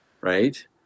Right